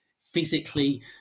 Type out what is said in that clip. physically